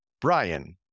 Brian